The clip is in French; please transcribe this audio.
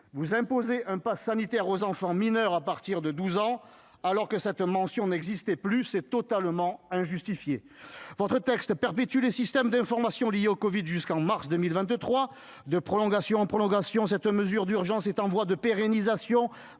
vous imposez un passe sanitaire aux enfants mineurs à partir de 12 ans, alors que cette mention n'existait plus. C'est totalement injustifié. Votre texte perpétue les systèmes d'information liés au covid jusqu'en mars 2023. De prolongation en prolongation, cette mesure d'urgence est en voie de pérennisation,